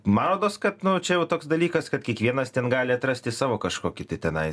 man rodos kad nu čia jau toks dalykas kad kiekvienas ten gali atrasti savo kažkokį tenai